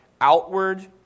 outward